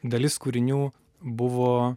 dalis kūrinių buvo